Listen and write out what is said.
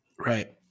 right